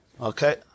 okay